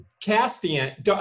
Caspian